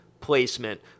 placement